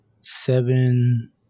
seven